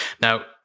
Now